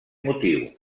motiu